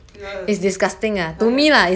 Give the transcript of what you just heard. !eeyer! like that